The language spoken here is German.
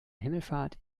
himmelfahrt